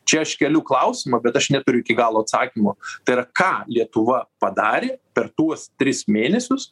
čia aš keliu klausimą bet aš neturiu iki galo atsakymo tai yra ką lietuva padarė per tuos tris mėnesius